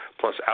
plus